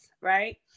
Right